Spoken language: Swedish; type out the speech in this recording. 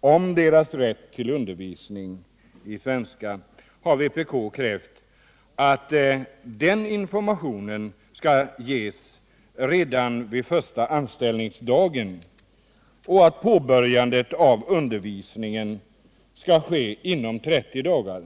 om deras rätt till undervisning i svenska har vpk krävt att denna information skall ges redan vid första anställningsdagen och att påbörjandet av undervisningen skall ske inom 30 dagar.